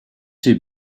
too